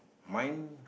mine